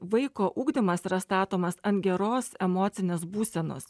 vaiko ugdymas yra statomas ant geros emocinės būsenos